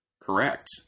Correct